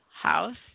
house